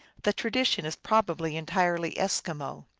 the tradition is probably entirely eskimo.